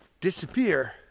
disappear